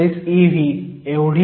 045 eV आहे